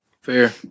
Fair